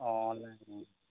অ'